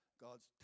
God's